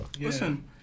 Listen